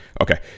okay